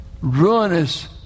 ruinous